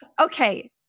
Okay